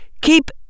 keep